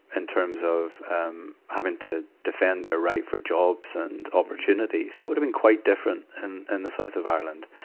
and terms of, um, having to defend their right for jobs and opportunities. that would have been quite different in, in the south of ireland.